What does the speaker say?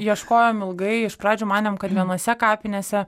ieškojom ilgai iš pradžių manėm kad vienose kapinėse